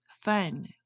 fun